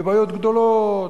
בבעיות גדולות: